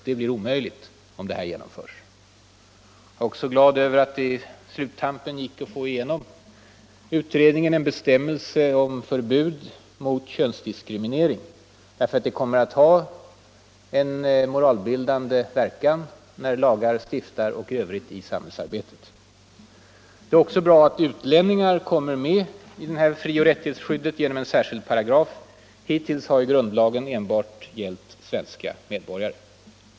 Det blir nu omöjligt om utredningens förslag genomförs. Jag är också glad över att det i slutskedet av utredningen kunde bli enighet om en bestämmelse om förbud mot könsdiskriminering. En sådan kommer att ha en moralbildande verkan när lagar stiftas och i övrigt i samhällsarbetet. Det är också bra att utlänningar kommer med i frioch rättighetsskyddet genom en särskild paragraf. Hittills har ju grundlagen gällt enbart svenska medborgare.